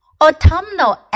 Autumnal